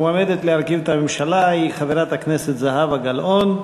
המועמדת להרכיב את הממשלה היא חברת הכנסת זהבה גלאון,